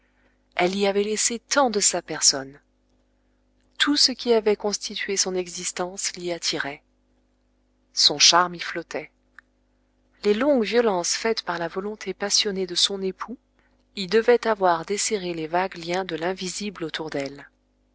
elle y avait laissé tant de sa personne tout ce qui avait constitué son existence l'y attirait son charme y flottait les longues violences faites par la volonté passionnée de son époux y devaient avoir desserré les vagues liens de l'invisible autour d'elle